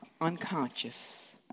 unconscious